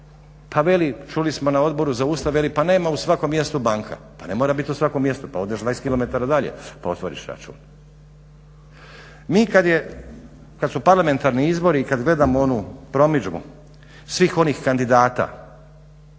pa veli, čuli smo na Odboru za Ustav, pa nema u svakom mjestu banka, pa ne mora bit u svakom mjestu, pa odeš 20 kilometara dalje pa otvoriš račun. Mi kad je, kad su parlamentarni izbori i kad gledamo onu promidžbu svih onih kandidata,